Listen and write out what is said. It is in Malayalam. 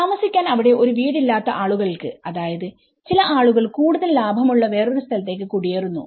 താമസിക്കാൻ അവിടെ ഒരു വീട് ഇല്ലാത്ത ആളുകൾക്ക് അതായത് ചില ആളുകൾ കൂടുതൽ ലാഭമുള്ള വേറൊരു സ്ഥലത്തേക്ക് കുടിയേറുന്നു